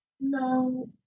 No